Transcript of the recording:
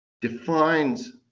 defines